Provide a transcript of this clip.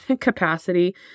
capacity